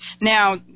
Now